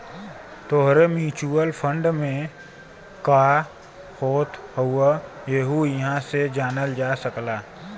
तोहरे mutual fund में का होत हौ यहु इहां से जानल जा सकला